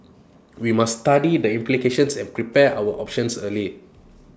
we must study the implications and prepare our options early